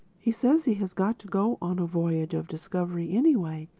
he says he has got to go on a voyage of discovery anyway,